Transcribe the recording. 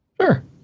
Sure